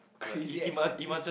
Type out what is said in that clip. crazy expensive